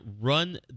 run